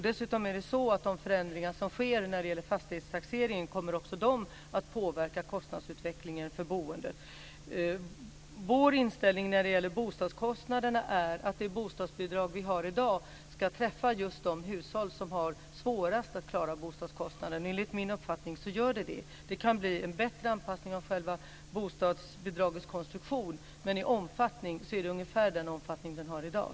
Dessutom kommer de förändringar som sker när det gäller fastighetstaxeringen också att påverka kostnadsutvecklingen för boendet. Vår inställning när det gäller bostadskostnaderna är att det bostadsbidrag som vi har i dag ska träffa just de hushåll som har svårast att klara bostadskostnaden. Enligt min uppfattning gör det det. Det kan bli en bättre anpassning när det gäller själva bostadsbidragets konstruktion, men när det gäller omfattning är det ungefär den omfattning som det är i dag.